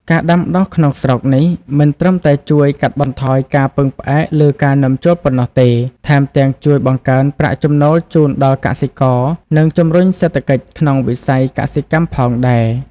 ការដាំដុះក្នុងស្រុកនេះមិនត្រឹមតែជួយកាត់បន្ថយការពឹងផ្អែកលើការនាំចូលប៉ុណ្ណោះទេ ថែមទាំងជួយបង្កើនប្រាក់ចំណូលជូនដល់កសិករ និងជំរុញសេដ្ឋកិច្ចក្នុងវិស័យកសិកម្មផងដែរ។